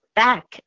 back